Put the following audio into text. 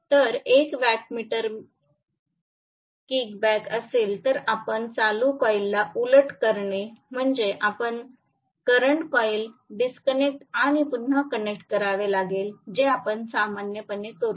जर 1 wattmeter meter kickback असेल तर आपण चालू कॉइलला उलट करणे म्हणजे आपण सध्याचे कॉइल डिस्कनेक्ट आणि पुन्हा कनेक्ट करावे लागेल जे आपण सामान्यपणे करू